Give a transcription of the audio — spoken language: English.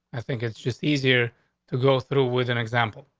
i think it's just easier to go through with an example.